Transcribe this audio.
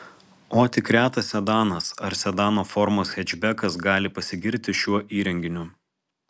o tik retas sedanas ar sedano formos hečbekas gali pasigirti šiuo įrenginiu